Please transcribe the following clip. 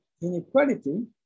inequality